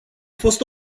fost